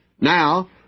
Now